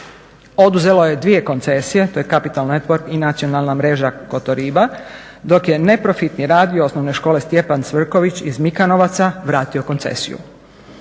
Oduzelo je dvije koncesije. To je Kapital network i Nacionalna mreža Kotoriba, dok je neprofitni radio OŠ Stjepan Cvrković iz Mikanovaca vratio koncesiju.